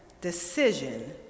decision